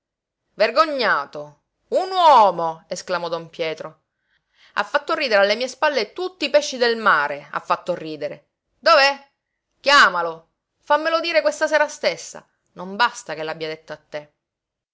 vergognato un uomo esclamò don pietro ha fatto ridere alle mie spalle tutti i pesci del mare ha fatto ridere dov'è chiamalo fammelo dire questa sera stessa non basta che l'abbia detto a te